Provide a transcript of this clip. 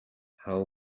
how